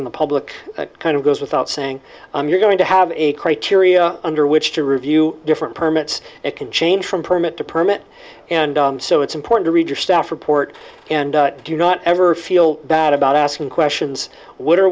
in the public kind of goes without saying you're going to have a criteria under which to review different permits it can change from permit to permit and so it's important to read your staff report and do not ever feel bad about asking questions what are